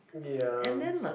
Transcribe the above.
ya